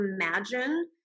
imagine